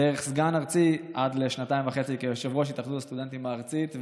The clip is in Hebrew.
דרך סגן ארצי ועד לשנתיים וחצי כיושב-ראש התאחדות הסטודנטים הארצית,